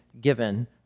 given